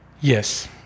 Yes